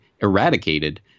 eradicated